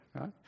right